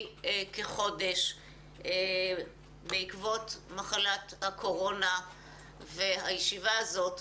כחודש בעקבות מחלת הקורונה והישיבה הזאת,